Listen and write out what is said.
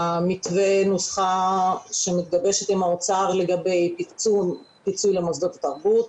נוסחה שמתגבשת עם האוצר לגבי פיצוי למוסדות התרבות.